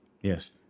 yes